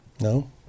No